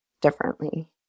differently